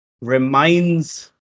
reminds